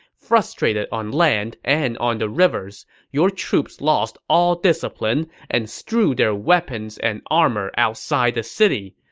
frustrated on land and on the rivers, your troops lost all discipline and strewed their weapons and armor outside the city.